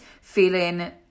feeling